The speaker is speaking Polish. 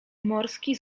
morski